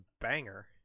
banger